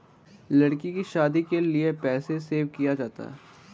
लड़की की शादी के लिए पैसे सेव किया जाता है